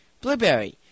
Blueberry